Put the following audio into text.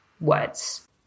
words